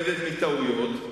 מטעויות.